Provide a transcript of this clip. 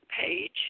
page